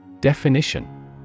Definition